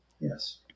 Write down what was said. Yes